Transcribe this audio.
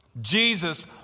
Jesus